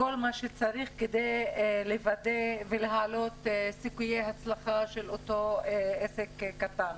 כל מה שצריך כדי לוודא ולהעלות את סיכויי ההצלחה של אותו עסק קטן.